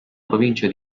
provincia